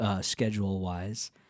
schedule-wise